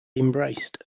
embraced